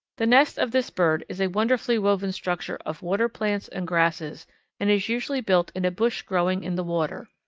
the nest of this bird is a wonderfully woven structure of water plants and grasses and is usually built in a bush growing in the water.